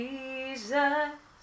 Jesus